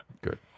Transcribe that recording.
Good